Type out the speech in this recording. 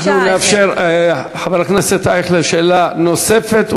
אנחנו נאפשר לחבר הכנסת אייכלר שאלה נוספת,